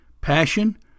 passion